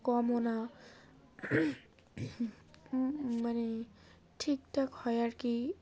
কমও না মানে ঠিক ঠাক হয় আর কি